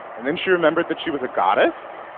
and then she remembered that she was a goddess.